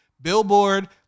Billboard